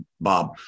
Bob